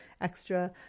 extra